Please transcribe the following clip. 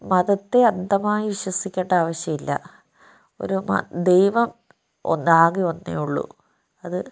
മതത്തെ അന്ധമായി വിശ്വസിക്കേണ്ട ആവശ്യമില്ല ഒരു മത ദൈവം ഒന്നാണ് ആകെ ഒന്നേ ഉള്ളൂ അത്